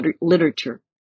literature